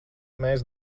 mēs